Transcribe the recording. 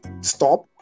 stop